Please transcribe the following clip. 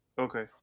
okay